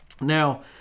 Now